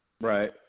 Right